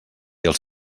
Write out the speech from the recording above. els